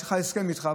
יש לי הסכם איתך,